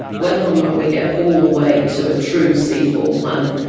whether or not we get all the way to a true c four plant,